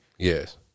Yes